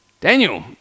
Daniel